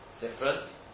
different